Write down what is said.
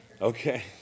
Okay